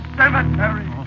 cemetery